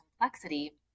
complexity